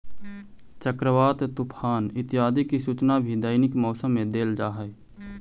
चक्रवात, तूफान इत्यादि की सूचना भी दैनिक मौसम में देल जा हई